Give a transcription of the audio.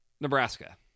Nebraska